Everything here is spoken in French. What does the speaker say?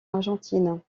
argentine